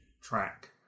track